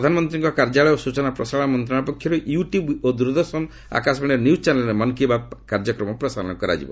ପ୍ରଧାନମନ୍ତ୍ରୀଙ୍କ କାର୍ଯ୍ୟାଳୟ ଓ ସୂଚନା ପ୍ରସାରଣ ମନ୍ତ୍ରଶାଳୟ ପକ୍ଷରୁ ୟୁ ଟ୍ୟୁବ୍ ଓ ଦୂରଦର୍ଶନ ଆକାଶବାଣୀର ନ୍ୟୁଜ୍ ଚ୍ୟାନେଲରେ ମନ୍ ବାତ୍ କାର୍ଯ୍ୟକ୍ମ ପ୍ରସାରଣ କରାଯିବ